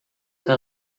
que